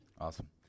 awesome